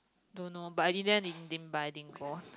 don't know but in they end they din buy din go